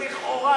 לכאורה,